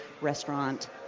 restaurant